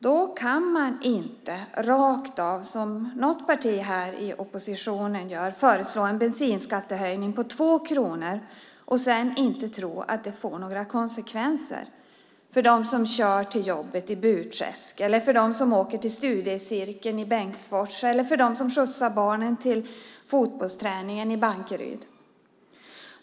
Då kan man inte rakt av, som något parti i oppositionen här gör, föreslå en bensinskattehöjning på 2 kronor och sedan inte tro att det får några konsekvenser för dem som kör till jobbet i Burträsk, för dem som åker till studiecirkeln i Bengtsfors eller för dem som skjutsar barnen till fotbollsträningen i Bankeryd.